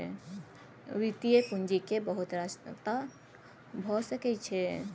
वित्तीय पूंजीक बहुत रस्ता भए सकइ छै